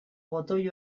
botoi